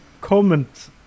comment